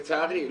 לצערי,